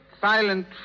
silent